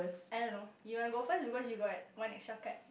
I don't know you want to go first cause you got one extra card